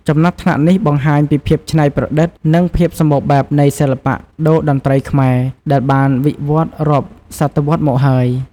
ចំណាត់ថ្នាក់នេះបង្ហាញពីភាពច្នៃប្រឌិត និងភាពសម្បូរបែបនៃសិល្បៈតូរ្យតន្ត្រីខ្មែរ ដែលបានវិវឌ្ឍន៍រាប់សតវត្សរ៍មកហើយ។